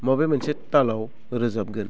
मबे मोनसे तालाव रोजाबगोन